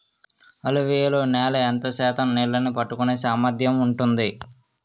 అలువియలు నేల ఎంత శాతం నీళ్ళని పట్టుకొనే సామర్థ్యం ఉంటుంది?